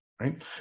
right